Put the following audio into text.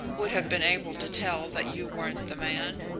would have been able to tell that you weren't the man.